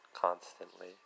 constantly